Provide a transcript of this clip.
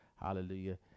Hallelujah